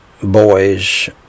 boys